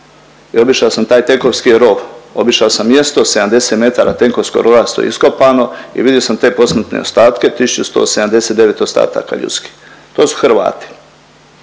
i obišao sam taj Tenkovski rov, obišao sam mjesto, 70 metara Tenkovskog rova, sve iskopano i vidio sam te posmrtne ostatke 1179 ostataka ljudskih. To su Hrvati.